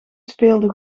speelde